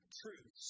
truth